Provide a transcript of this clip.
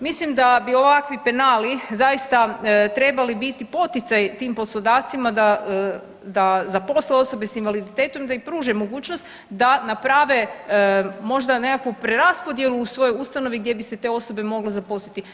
Mislim da bi ovakvi penali zaista trebali biti poticaj tim poslodavcima da, da zaposle osobe s invaliditetom, da im pruže mogućnost da naprave možda nekakvu preraspodjelu u svojoj ustanovi gdje bi se te osobe mogle zaposliti.